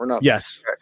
Yes